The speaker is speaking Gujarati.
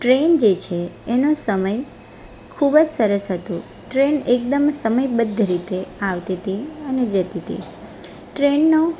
ટ્રેન જે છે એનો સમય ખૂબ જ સરસ હતો ટ્રેન એકદમ સમયબદ્ધ રીતે આવતી હતી અને જતી હતી ટ્રેનનો